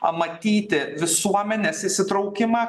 pamatyti visuomenės įsitraukimą